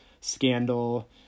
scandal